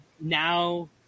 now